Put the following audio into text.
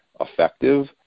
effective